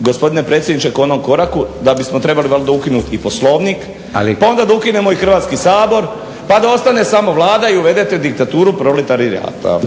gospodine predsjedniče k onom koraku da bismo trebali valjda ukinuti i Poslovnik pa da onda ukinemo i Hrvatski sabor pa da ostane samo Vlada i uvedete diktaturu proletarijata.